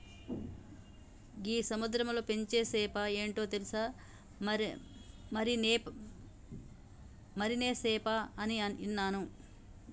గీ సముద్రంలో పెంచే సేప ఏంటో తెలుసా, మరినే సేప అని ఇన్నాను